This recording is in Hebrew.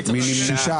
מי נמנע?